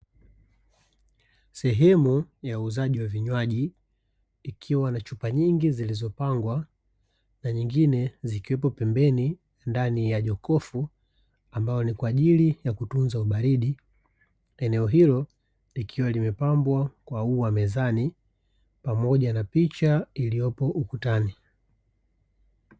Sehemu ya uuzaji wa vinywaji ikiwa na chupa nyingi zilizopangwa, na nyingine zikiwepo pembeni ndani ya jokofu ambalo ni kwa ajili ya kutunza ubaridi. Eneo hilo likiwa limepambwa kwa ua mezani pamoja na picha iliyopo ukutani.